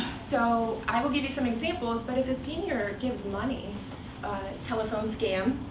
so i will give you some examples, but if a senior gives money telephone scam,